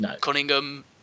Cunningham